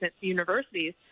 universities